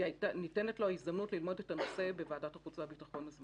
ניתנת לו ההזדמנות ללמוד את הנושא בוועדת החוץ והביטחון.